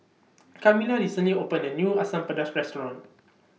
Kamilah recently opened A New Asam Pedas Restaurant